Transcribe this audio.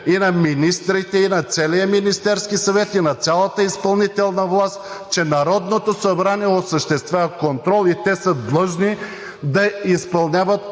и на министрите, и на целия Министерски съвет, и на цялата изпълнителна власт, че Народното събрание осъществява контрол и те са длъжни да изпълняват